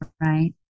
right